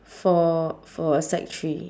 for for a sec three